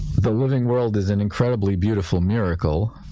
the living world is an incredibly beautiful miracle